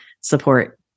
support